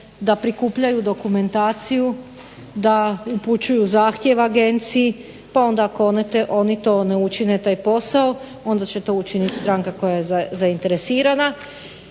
da prikupljaju dokumentaciju, da upućuju zahtjev agenciji, pa onda ako oni to ne učine taj posao onda će to učinit stranka koja je zainteresirana.